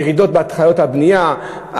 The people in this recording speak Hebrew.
ירידות בהתחלות הבנייה,